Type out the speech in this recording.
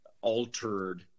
altered